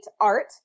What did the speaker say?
art